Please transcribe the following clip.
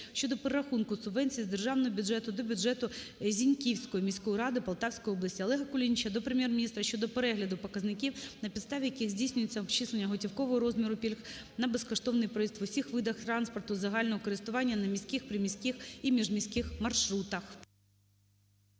щодо перерахунку субвенції з Державного бюджету до бюджету Зіньківської міської ради Полтавської області. Олега Кулініча до Прем'єр-міністра щодо перегляду показників, на підставі яких здійснюється обчислення готівкового розміру пільг на безкоштовний проїзд в усіх видах транспорту загального користування на міських, приміських та міжміських маршрутах.